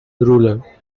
ruler